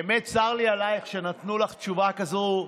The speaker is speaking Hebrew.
באמת, צר לי עלייך שנתנו לך תשובה כזאת,